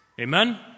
Amen